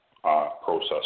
process